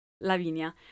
Lavinia